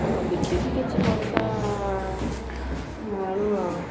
ଆଉ ବିକିକି କିଛି ପଇସା ଆଣୁ ଆଉ